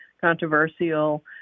controversial